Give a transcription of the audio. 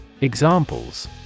Examples